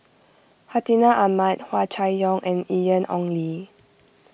Hartinah Ahmad Hua Chai Yong and Ian Ong Li